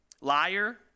Liar